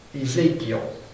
Ezekiel